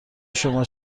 شما